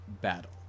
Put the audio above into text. battle